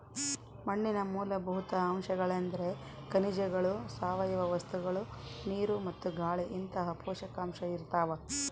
ಮಣ್ಣಿನ ಮೂಲಭೂತ ಅಂಶಗಳೆಂದ್ರೆ ಖನಿಜಗಳು ಸಾವಯವ ವಸ್ತುಗಳು ನೀರು ಮತ್ತು ಗಾಳಿಇಂತಹ ಪೋಷಕಾಂಶ ಇರ್ತಾವ